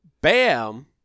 Bam